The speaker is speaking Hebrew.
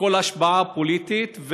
כל השפעה פוליטית,